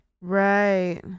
Right